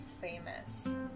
famous